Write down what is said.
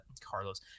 Carlos